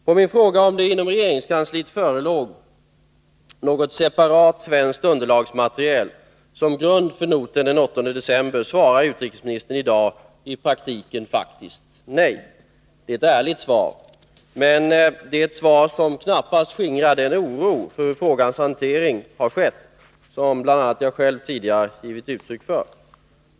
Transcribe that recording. På min fråga om det inom regeringskansliet förelåg något separat svenskt underlagsmaterial som grund för noten den 8 december svarar utrikesministern i dag i praktiken faktiskt nej. Det är ett ärligt svar, men det skingrar knappast den oro för hur frågan hanterats som bl.a. jag själv tidigare givit uttryck för.